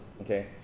okay